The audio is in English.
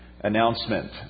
announcement